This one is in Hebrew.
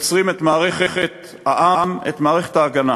יוצרים את מערכת העם, את מערכת ההגנה.